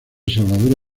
salvador